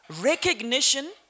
recognition